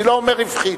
אני לא אומר רווחית,